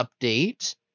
update